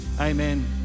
Amen